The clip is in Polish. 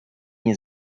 nie